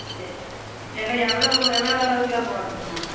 எல்லாம் எவ்வளவு எவ்வளோ எவ்வளோ கிலோ போடுறதுங்கோ